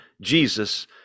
Jesus